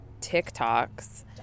TikToks